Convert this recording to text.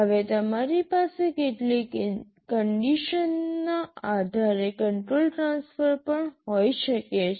હવે તમારી પાસે કેટલીક કન્ડિશનના આધારે કંટ્રોલ ટ્રાન્સફર પણ હોઈ શકે છે